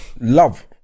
love